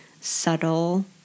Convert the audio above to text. subtle